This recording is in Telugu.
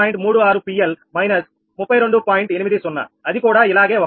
80 అది కూడా ఇలాగే 1